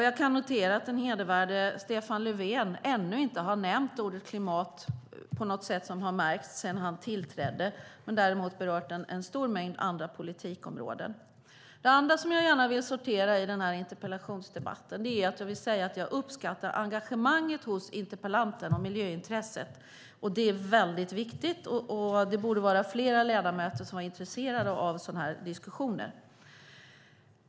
Jag kan notera att den hedervärde Stefan Löfven sedan han tillträdde ännu inte har nämnt ordet "klimat" på något sätt som har märkts men däremot berört en stor mängd andra politikområden. Det andra som jag gärna vill säga när jag sorterar i den här interpellationsdebatten är att jag uppskattar engagemanget och miljöintresset hos interpellanten. Det är väldigt viktigt. Fler ledamöter borde vara intresserade av sådana här diskussioner.